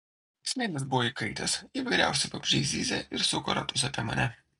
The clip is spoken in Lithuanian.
smėlis buvo įkaitęs įvairiausi vabzdžiai zyzė ir suko ratus apie mane